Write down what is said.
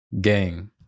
Gang